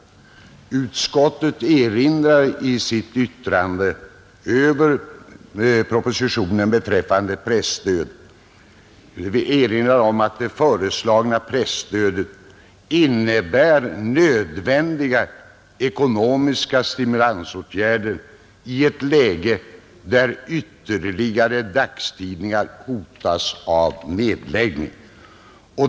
Konstitutionsutskottet erinrar i sitt yttrande över propositionen beträffande presstöd om att ”det föreslagna presstödet innebär nödvändiga ekonomiska stimulansåtgärder i ett läge där ytterligare dagstidningar hotas av nedläggning”.